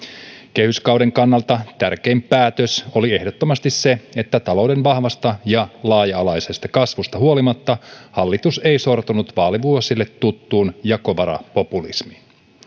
kehyskauden kannalta tärkein päätös oli ehdottomasti se että talouden vahvasta ja laaja alaisesta kasvusta huolimatta hallitus ei sortunut vaalivuosille tuttuun jakovarapopulismiin